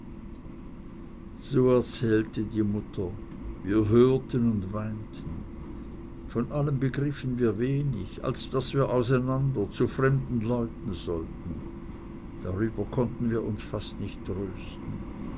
so erzählte die mutter wir hörten und weinten von allem begriffen wir wenig als daß wir auseinander zu fremden leuten sollten darüber konnten wir uns fast nicht trösten